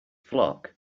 flock